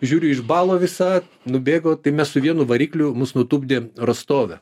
žiūriu išbalo visa nubėgo tai mes su vienu varikliu mus nutūpdė rostove